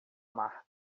marca